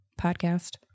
podcast